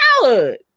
childhood